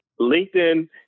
LinkedIn